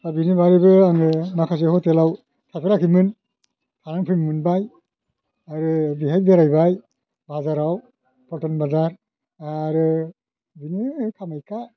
दा बिनि बारैबो आङो माखासे ह'टेलआव थाफैराखैमोन थाना फैनो मोनबाय आरो बेहाय बेरायबाय बाजारआव पल्टन बाजार आरो बिदिनो कामाख्या